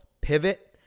Pivot